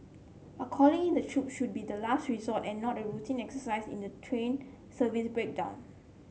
but calling in the troops should be the last resort and not a routine exercise in a train service breakdown